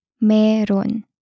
Meron